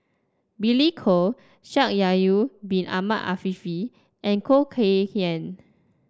Billy Koh Shaikh Yahya Bin Ahmed Afifi and Khoo Kay Hian